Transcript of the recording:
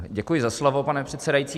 Děkuji za slovo, pane předsedající.